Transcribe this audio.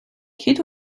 kidd